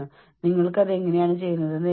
ഞാൻ ഇപ്പോൾ എന്തിലാണ് പങ്കെടുക്കേണ്ടത്